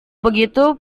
begitu